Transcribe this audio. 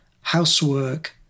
housework